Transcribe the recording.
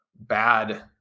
bad